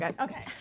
Okay